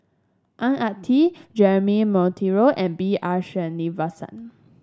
Ang Ah Tee Jeremy Monteiro and B R Sreenivasan